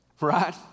Right